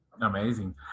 Amazing